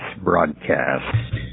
broadcast